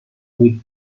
with